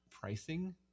pricing